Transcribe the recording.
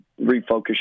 refocus